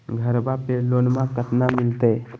घरबा पे लोनमा कतना मिलते?